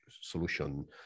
solution